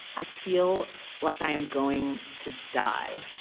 i feel like i am going to die.